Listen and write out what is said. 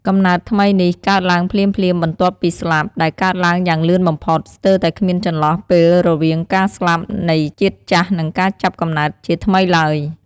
កំណើតថ្មីនេះកើតឡើងភ្លាមៗបន្ទាប់ពីស្លាប់ ដែលកើតឡើងយ៉ាងលឿនបំផុត ស្ទើរតែគ្មានចន្លោះពេលរវាងការស្លាប់នៃជាតិចាស់ និងការចាប់កំណើតជាថ្មីឡើយ។